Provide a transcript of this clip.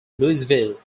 louisville